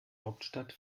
hauptstadt